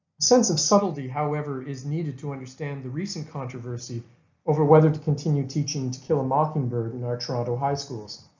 sense of subtlety however is needed to understand the recent controversy over whether to continue teaching to kill a mockingbird in our toronto high schools.